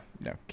no